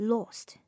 Lost